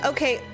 Okay